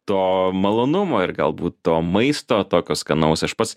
to malonumo ir galbūt to maisto tokio skanaus aš pats